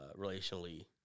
relationally